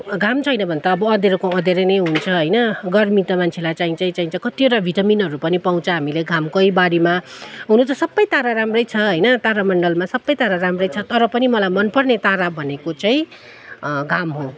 घाम छैन भने त अब अध्याँरोको अध्याँरो नै हुन्छ होइन गर्मी त मान्छेलाई चाहिन्छै चाहिन्छ कतिवटा भिटामिनहरू पनि पाउँछ हामीले घामकै बारेमा हुनु त सबै तारा राम्रै छ होइन तारा मण्डलमा सबै तारा राम्रै छ तर पनि मलाई मन पर्ने तारा भनेको चाहिँ घाम हो